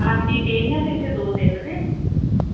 ਹਾਂਜੀ ਡੇਰੀਆਂ ਤਾਂ ਇੱਥੇ ਦੋ ਤਿੰਨ ਨੇ